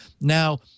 Now